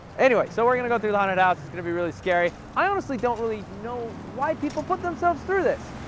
anyway, so we're going to go through the haunted house, it's going to be really scary i honestly don't know why people put themselves through this!